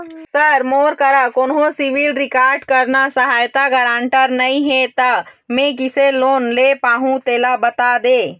sir मोर करा कोन्हो सिविल रिकॉर्ड करना सहायता गारंटर नई हे ता मे किसे लोन ले पाहुं तेला बता दे